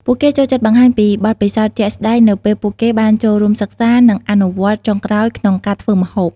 ពួកគេចូលចិត្តបង្ហាញពីបទពិសោធន៍ជាក់ស្តែងនៅពេលពួកគេបានចូលរួមសិក្សា និងអនុវត្តន៍ចុងក្រោយក្នុងការធ្វើម្ហូប។